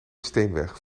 steenweg